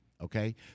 Okay